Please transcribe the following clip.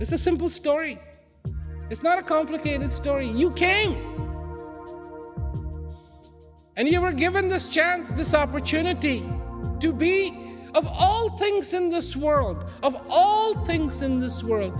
it's a simple story it's not a complicated story you came and you were given this chance this opportunity to be all things in this world of all things in this w